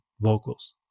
vocals